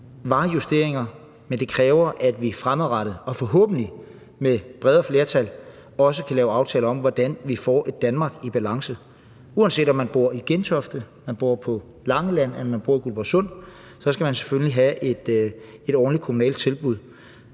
kræver, at vi fremadrettet og forhåbentlig med et bredere flertal også kan lave aftaler om, hvordan vi får et Danmark i balance. Uanset om man bor i Gentofte, på Langeland eller i Guldborgsund, skal man selvfølgelig have et ordentligt kommunalt tilbud.